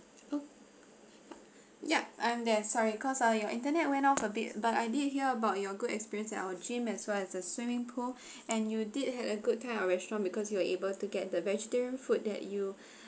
ok~ yup I'm there sorry cause ah your internet went off a bit but I did hear about your good experience at our gym as well as the swimming pool and you did had a good time our restaurant because you are able to get the vegetarian food that you